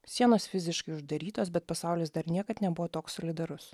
sienos fiziškai uždarytos bet pasaulis dar niekad nebuvo toks solidarus